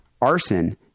arson